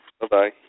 Bye-bye